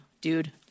dude